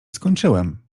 skończyłem